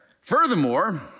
Furthermore